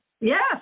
Yes